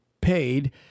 paid